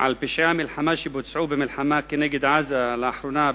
על פשעי המלחמה שבוצעו במלחמה נגד עזה לאחרונה,